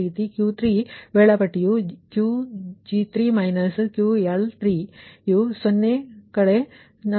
ಅದೇ ರೀತಿ Q3 ವೇಳಾಪಟ್ಟಿಯು Qg3 QL3 ಯು 0−45